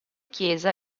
chiesa